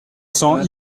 cents